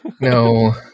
No